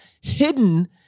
hidden